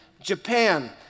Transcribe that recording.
Japan